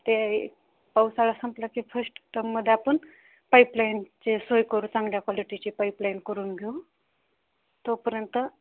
ते पावसाळा संपलं की फर्स्ट त्यामध्ये आपण पाईपलाईनचे सोय करू चांगल्या क्वालिटीची पाईपलाईन करून घेऊ तोपर्यंत